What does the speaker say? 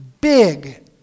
big